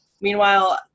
Meanwhile